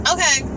Okay